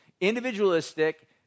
individualistic